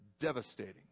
devastating